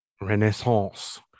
renaissance